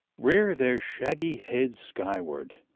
rear their shaggy heads skyward,